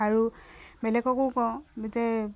আৰু বেলেগকো কওঁ যাতে